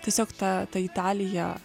tiesiog ta ta italija